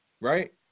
right